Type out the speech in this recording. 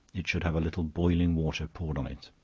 it should have a little boiling water poured on it.